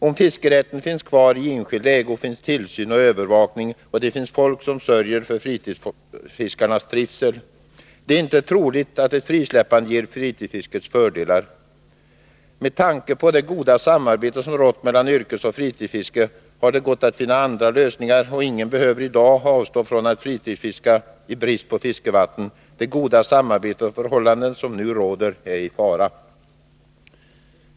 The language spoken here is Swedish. Om fiskerätten finns kvar i enskild ägo finns tillsyn och övervakning, och det finns folk som sörjer för fritidsfiskarnas trivsel. Det är inte troligt att ett frisläppande ger fritidsfisket fördelar. Med tanke på det goda samarbete som har rått mellan yrkesoch fritidsfiske har det gått att finna lösningar, och ingen behöver i dag avstå från att fritidsfiska i brist på fiskevatten. Det goda samarbete och förhållande som nu råder är i fara.